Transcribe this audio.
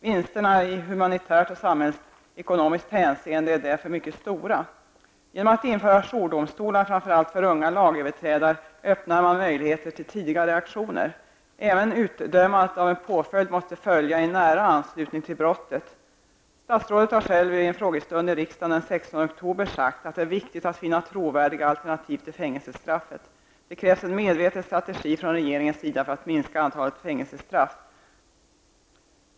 Vinsterna i humanitärt och samhällsekonomiskt hänseende är därför mycket stora. Genom att införa jourdomstolar framför allt för unga lagöverträdare öppnar man möjligheter till tidiga reaktioner. Även utdömandet av en påföljd måste följa i nära anslutning till brottet. Statsrådet har själv i en frågestund i riksdagen den 16 oktober sagt att det är viktigt att finna trovärdiga alternativ till fängelsestraffet. Det krävs en medveten strategi från regeringens sida för att minska antalet fängelsestraff.